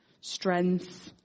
strength